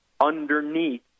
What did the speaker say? underneath